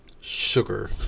sugar